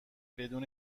بدون